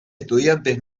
estudiantes